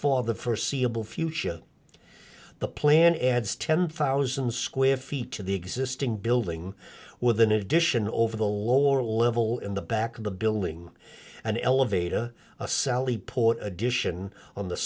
for the for seeable fuchsia the plan adds ten thousand square feet to the existing building with an addition over the lore level in the back of the building an elevator a sally port addition on the